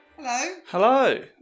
Hello